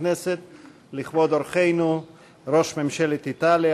הכנסת לכבוד אורחנו ראש ממשלת איטליה,